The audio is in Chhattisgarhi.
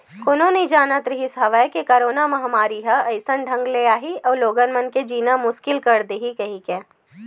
कोनो नइ जानत रिहिस हवय के करोना महामारी ह अइसन ढंग ले आही अउ लोगन मन के जीना मुसकिल कर दिही कहिके